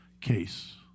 Case